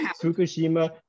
Fukushima